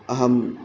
अहम्